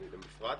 למפרט.